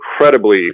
incredibly